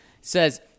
says